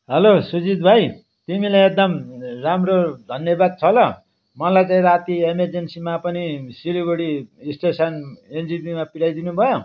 hello Sujit भाइ तिमीलाई एकदम राम्रो धन्यवाद छ ल मलाई चाहिँ राति एमर्जेन्सीमा पनि सिलगढी स्टेसन एनजेपीमा पुऱ्याइदिनुभयो